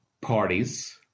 parties